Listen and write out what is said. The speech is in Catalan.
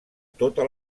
tota